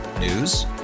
News